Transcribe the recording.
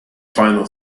final